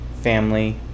family